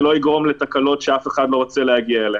שלא יגרום לתקלות שאף אחד לא רוצה להגיע אליהן.